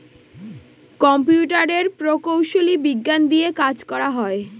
কম্পিউটারের প্রকৌশলী বিজ্ঞান দিয়ে কাজ করা হয়